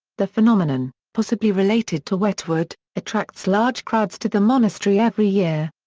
the phenomenon, possibly related to wetwood, attracts large crowds to the monastery every year.